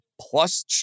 plus